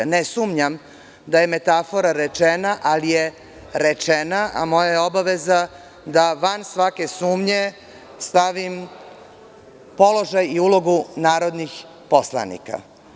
Ne sumnjam da je metafora rečena, ali je rečena, a moja je obaveza da van svake sumnje stavim položaj i ulogu narodnih poslanika.